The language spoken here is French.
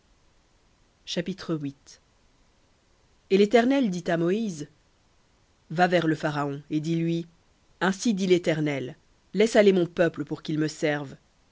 chapitre et l'éternel dit à moïse va vers le pharaon et dis-lui ainsi dit l'éternel le dieu des hébreux laisse aller mon peuple pour qu'ils me servent